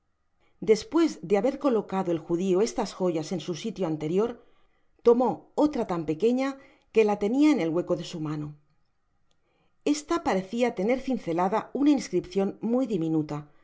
despues de haber colocado el judio estas joyas en su sitio anterior tomó otra tan pequeña que la tenia en el hueco de su mano esta parecia tener cincelada una inscripcion muy diminuta